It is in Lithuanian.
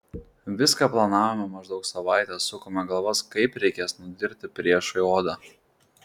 viską planavome maždaug savaitę sukome galvas kaip reikės nudirti priešui odą